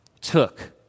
took